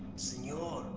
senor,